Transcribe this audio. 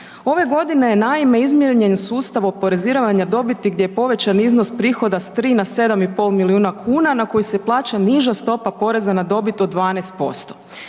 Ove godine naime je izmijenjen sustav oporezivanja dobiti gdje je povećan iznos prihoda sa 3 na 7,5 milijun kuna na koji se plaća niža stopa poreza na dobit od 12%.